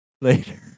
Later